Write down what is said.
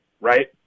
right